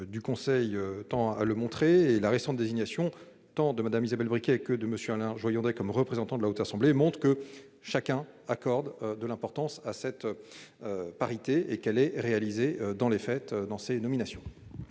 de l'AFD tend à le montrer. La récente désignation tant de Mme Isabelle Briquet que de M. Alain Joyandet comme représentants de la Haute Assemblée prouve que chacun accorde de l'importance à cette parité et qu'elle est bien effective à chaque nomination.